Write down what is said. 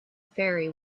ferry